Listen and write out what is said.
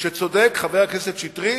שצודק חבר הכנסת שטרית,